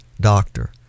doctor